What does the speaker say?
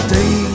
Day